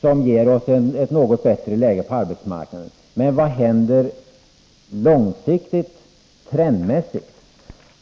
som ger oss ett något bättre läge på arbetsmarknaden. Men vad händer trendmässigt på lång sikt?